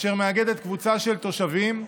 אשר מאגדת קבוצה של תושבים,